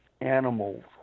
animals